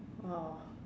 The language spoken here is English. !wow!